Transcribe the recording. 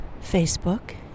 Facebook